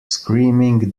screaming